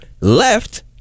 left